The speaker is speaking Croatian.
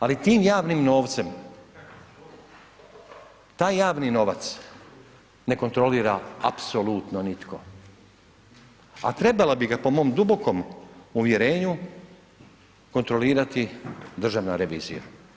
Ali tim javnim novcem, taj javni novac ne kontrolira apsolutno nitko, a trebala bi ga po mom dubokom uvjerenju kontrolirati Državna revizija.